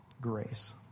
grace